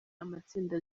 amatsinda